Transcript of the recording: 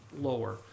lower